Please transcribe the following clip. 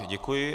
Děkuji.